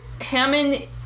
Hammond